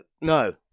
no